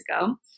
ago